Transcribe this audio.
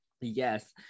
yes